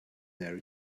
there